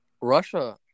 Russia